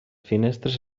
finestres